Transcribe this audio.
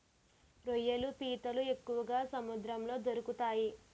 రొయ్యలు పీతలు ఎక్కువగా సముద్రంలో దొరుకుతాయి